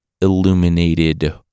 illuminated